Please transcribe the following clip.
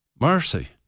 Mercy